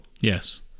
Yes